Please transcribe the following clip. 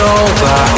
over